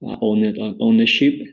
ownership